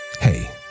Hey